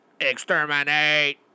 Exterminate